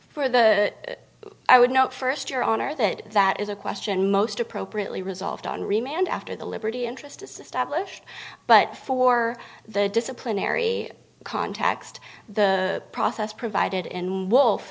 for the i would note first your honor that that is a question most appropriately resolved on remand after the liberty interest is established but for the disciplinary context the process provided in wolf